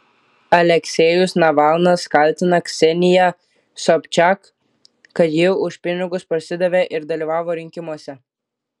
aleksejus navalnas kaltina kseniją sobčak kad ji už pinigus parsidavė ir dalyvavo rinkimuose